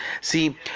See